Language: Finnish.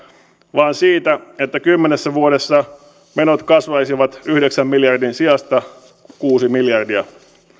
vaan se että kymmenessä vuodessa menot kasvaisivat yhdeksän miljardin sijasta kuusi miljardia